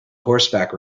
horseback